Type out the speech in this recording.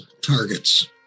targets